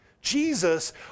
Jesus